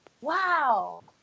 Wow